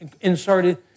inserted